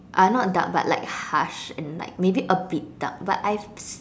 uh not dark but like harsh and like maybe a bit dark but I